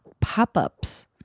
Pop-Ups